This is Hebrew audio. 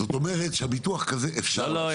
זאת אומרת שכן אפשר לעשות ביטוח כזה --- לא,